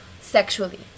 sexually